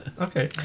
Okay